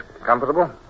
Comfortable